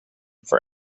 for